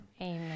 Amen